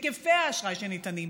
לפי היקפי האשראי שניתנים,